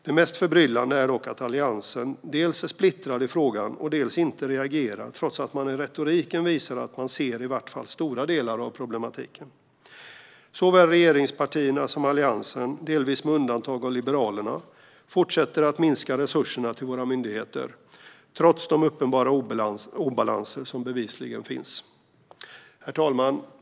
Det mest förbryllande är dock att Alliansen dels är splittrad i frågan, dels inte reagerar, trots att man i retoriken visar att man ser i vart fall stora delar av problematiken. Såväl regeringspartierna som Alliansen, delvis med undantag av Liberalerna, fortsätter att minska resurserna till våra myndigheter, trots de uppenbara obalanser som bevisligen finns. Herr talman!